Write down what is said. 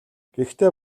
гэхдээ